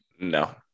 No